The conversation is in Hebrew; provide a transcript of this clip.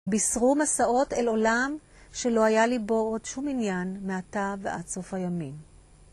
בישרו מסעות אל עולם שלא היה לי בו עוד שום עניין מעתה ועד סוף הימים.